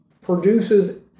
produces